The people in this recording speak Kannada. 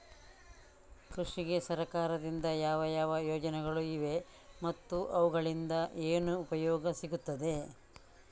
ಕೃಷಿಗೆ ಸರಕಾರದಿಂದ ಯಾವ ಯಾವ ಯೋಜನೆಗಳು ಇವೆ ಮತ್ತು ಅವುಗಳಿಂದ ಏನು ಉಪಯೋಗ ಸಿಗುತ್ತದೆ?